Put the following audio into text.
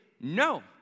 no